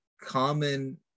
common